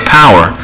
power